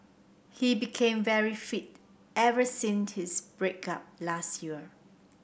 he became very fit ever since his break up last year